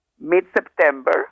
mid-September